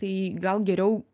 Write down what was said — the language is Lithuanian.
tai gal geriau